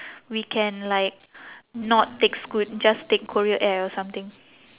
we can like not take scoot just take korean air or something